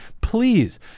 Please